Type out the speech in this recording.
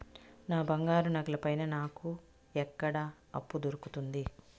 నా బంగారు నగల పైన నాకు ఎక్కడ అప్పు దొరుకుతుంది